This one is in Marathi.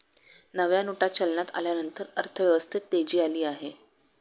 नव्या नोटा चलनात आल्यानंतर अर्थव्यवस्थेत तेजी आली आहे